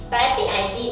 but I think I did